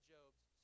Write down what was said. Job's